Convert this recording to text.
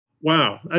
Wow